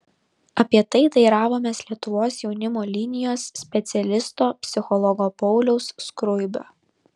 apie tai teiravomės lietuvos jaunimo linijos specialisto psichologo pauliaus skruibio